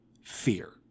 fear